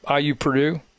IU-Purdue